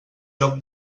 joc